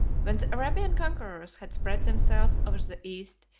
when the arabian conquerors had spread themselves over the east,